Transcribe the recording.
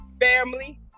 family